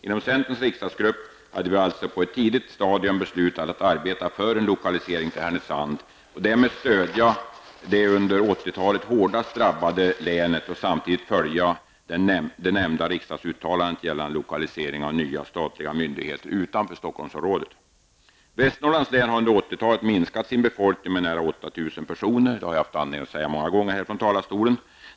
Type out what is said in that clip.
Inom centerns riksdagsgrupp hade vi alltså på ett tidigt stadium beslutat att arbeta för en lokalisering till Härnösand och därmed stödja det under 80-talet hårdast drabbade länet och samtidigt följa det nämnda riksdagsuttalandet gällande lokalisering av nya statliga myndigheter utanför Stockholmsområdet. Västernorrlands läns befolkning har under 80-talet minskat med nära 8 000 personer. Det har jag haft anledning att säga många gånger från talarstolen.